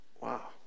Wow